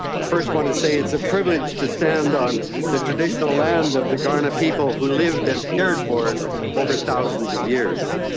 i first want to say it's a privilege to stand on the traditional land of the kaurna people who lived and cared for it over thousands of years.